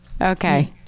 Okay